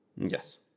yes